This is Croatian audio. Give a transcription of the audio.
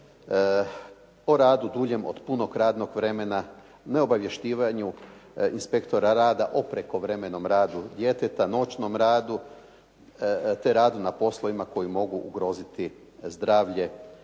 o radu duljem od punog radnog vremena, ne obavještivanju inspektora rada o prekovremenom radu djeteta, noćnom radu, te radu na poslovima koji mogu ugroziti zdravlje